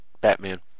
Batman